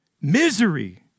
Misery